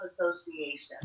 Association